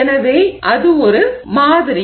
எனவே அது ஒரு மாதிரி